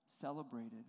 celebrated